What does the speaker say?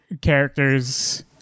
characters